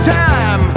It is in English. time